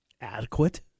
adequate